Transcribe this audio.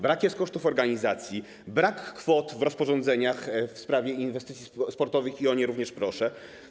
Brak kosztów organizacji, brak kwot w rozporządzeniach w sprawie inwestycji sportowych - o nie również proszę.